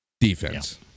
Defense